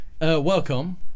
Welcome